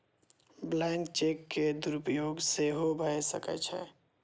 blank cheque के दुरुपयोग सेहो भए सकै छै